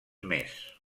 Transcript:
més